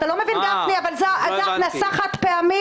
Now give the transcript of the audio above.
אתה לא מבין גפני, זו הכנסה חד-פעמית.